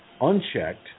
unchecked